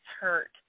hurt